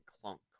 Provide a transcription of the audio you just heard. Clunk